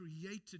created